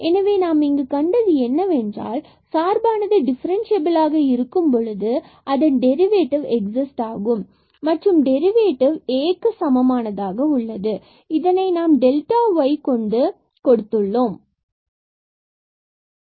எனவே நாம் இங்கு கண்டது என்னவென்றால் சார்பானது டிஃபரன்ஸ்சியபில் ஆக இருக்கும் பொழுது பின்பு அதன் டெரிவேட்டிவ் எக்ஸிஸ்ட் ஆகும் மற்றும் டெரிவேட்டிவ் Aக்கு சமமானது இதனை நாம் டெல்டா y கொண்டு கொடுத்துள்ளோம்